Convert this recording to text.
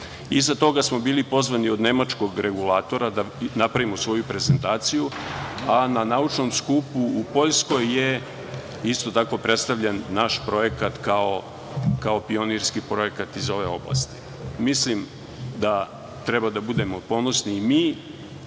Iza toga smo bili pozvani od nemačkog regulatora da napravimo svoju prezentaciju, a na naučno skupu u Poljskoj je isto tako predstavljen naš projekat kao pionirski projekat iz ove oblasti. Mislim da treba da budemo ponosni i mi